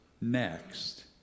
next